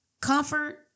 comfort